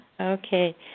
Okay